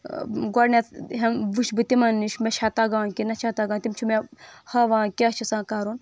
گۄڈٕنٮ۪تھ ؤچھ بہٕ تِمن نِش مےٚ چھا تگان نہ چھا تگان تِم چھِ مےٚ تِم چھِ مےٚ ہاوان کیٛاہ چھُ آسان کرُن